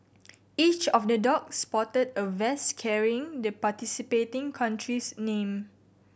each of the dog sported a vest carrying the participating country's name